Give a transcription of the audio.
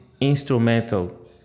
instrumental